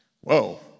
whoa